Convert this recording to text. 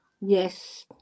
Yes